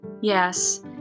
Yes